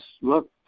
look